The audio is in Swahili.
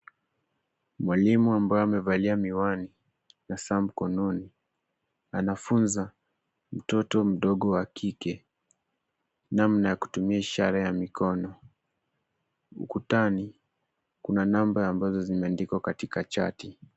Mwalimu ambaye amevalia miwani na saa mkononi anafunza mtoto mdogo wa kike namna ya kutumia ishara ya mikono. Ukutani kuna namba ambazo zimeandikwa katika chati.